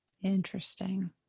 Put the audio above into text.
Interesting